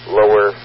lower